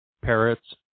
parrots